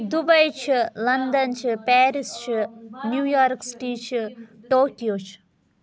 Dubai چھُ London چھِ Paris چھِ نیویارٕک سِٹی چھِ ٹوکیو چھُ